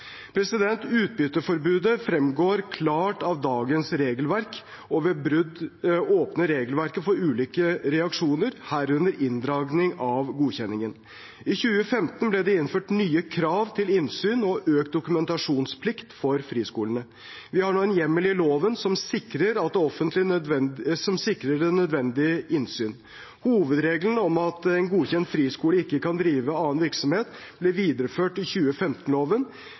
Utbytteforbudet fremgår klart av dagens regelverk, og ved brudd åpner regelverket for ulike reaksjoner, herunder inndragning av godkjenningen. I 2015 ble det innført nye krav til innsyn og økt dokumentasjonsplikt for friskolene. Vi har nå en hjemmel i loven som sikrer det nødvendige innsyn. Hovedregelen om at en godkjent friskole ikke kan drive annen virksomhet, ble videreført i